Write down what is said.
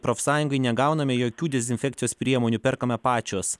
profsąjungai negauname jokių dezinfekcijos priemonių perkame pačios